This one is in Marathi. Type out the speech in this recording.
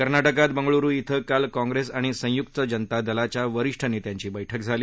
कर्नाटकात बंगळुरु क्विं काल काँग्रेस आणि संयुक्त जनता दलाच्या वरीष्ठ नेत्यांची बैठक झाली